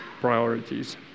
priorities